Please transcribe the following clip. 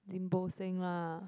Lim-Bo-Seng lah